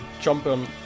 jumping